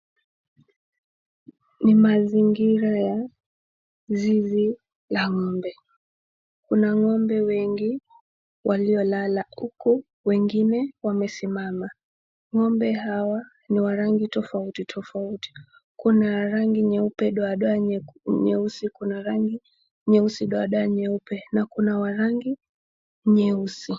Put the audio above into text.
Ni mazingira ya zizi la ng'ombe, kuna ng'ombe wengi waliolala huku, wengine wamesimama. Ng'ombe hawa ni wa rangi tofauti tofauti kuna rangi nyeupe doa doa nyeusi, kuna rangi nyeusi doa doa nyeupe na kuna wa rangi nyeusi.